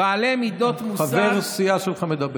חבר הסיעה שלך מדבר.